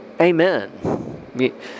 Amen